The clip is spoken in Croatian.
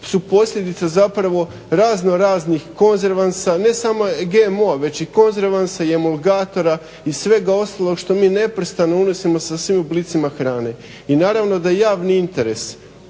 su posljedica zapravo razno raznih konzervansa ne samo GMO-a već i konzervansa i emulgatora i svega ostalog što mi neprestano unosimo sa svim oblicima hrane. I naravno da javni interes